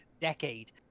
decade